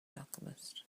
alchemist